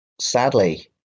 sadly